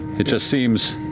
it just seems.